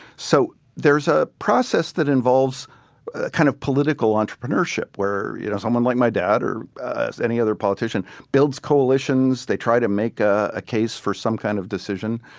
so there's a process that involves a kind of political entrepreneurship, where you know someone like my dad or any other politician builds coalitions they try to make a case for some kind of decision.